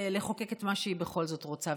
ולחוקק את מה שהיא בכל זאת רוצה.